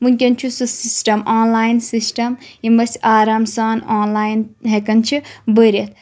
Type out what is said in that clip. وٕنکؠن چھ سُہ سسٹَم آنلایِن سِسٹَم یِم اسہِ آرام سان آنلایِن ہؠکان چھ بٔرِتھ